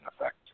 effect